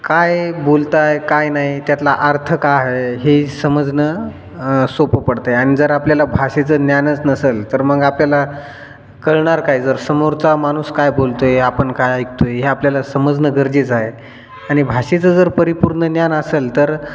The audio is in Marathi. काय बोलताय काय नाही त्यातला अर्थ काय आहे हे समजणं सोपं पडतंय आणि जर आपल्याला भाषेचं ज्ञानच नसल तर मग आपल्याला कळणार काय जर समोरचा माणूस काय बोलतोय आपण काय ऐकतोय हे आपल्याला समजणं गरजेचं आहे आणि भाषेचं जर परिपूर्ण ज्ञान असेल तर